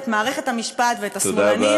את מערכת המשפט ואת השמאלנים,